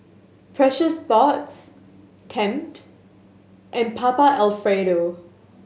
Precious Thots Tempt and Papa Alfredo